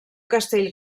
castell